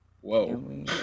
Whoa